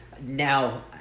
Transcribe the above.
now